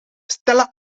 stella